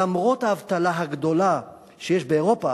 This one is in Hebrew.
למרות האבטלה הגדולה שיש באירופה,